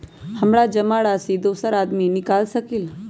हमरा जमा राशि दोसर आदमी निकाल सकील?